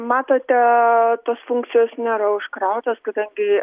matote tos funkcijos nėra užkrautos kadangi